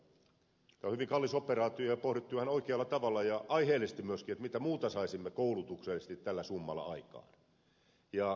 tämä on hyvin kallis operaatio ja on pohdittu ihan oikealla tavalla ja aiheellisesti myöskin mitä muuta saisimme koulutuksellisesti tällä summalla aikaan